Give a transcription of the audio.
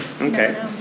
Okay